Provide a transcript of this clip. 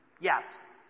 Yes